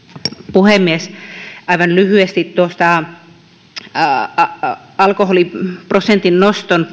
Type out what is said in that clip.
puhemies aivan lyhyesti siitä alkoholiprosentin noston